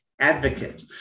Advocate